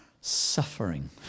Suffering